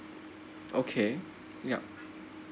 okay yup